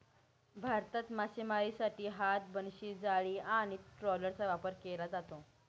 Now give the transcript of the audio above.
भारतात मासेमारीसाठी हात, बनशी, जाळी आणि ट्रॉलरचा वापर केला जातो